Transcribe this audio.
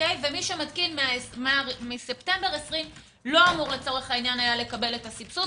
ומי שמתקין מספטמבר 2020 לא אמור היה לקבל את הסבסוד.